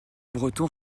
breton